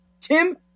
Tim